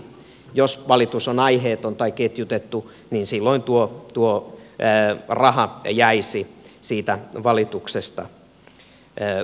jos valitus on aiheeton tai ketjutettu niin silloin tuo raha jäisi siitä valituksesta korvaukseksi